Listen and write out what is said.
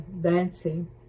dancing